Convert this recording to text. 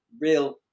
real